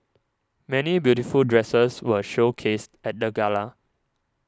many beautiful dresses were showcased at the gala